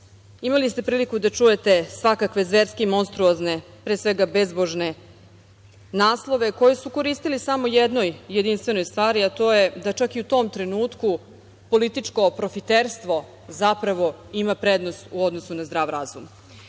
imali ste priliku da čujete svakakve zverske i monstruozne, pre svega bezbožne naslove koje su koristili samo jednoj jedinstvenoj stvari, a to je da čak i u tom trenutku političko profiterstvo zapravo ima prednost u odnosu na zdrav razum. Ja